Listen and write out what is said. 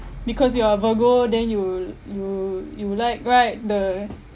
because you are a virgo then you l~ you you like right the